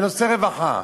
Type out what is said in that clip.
לנושא רווחה.